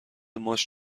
ماچ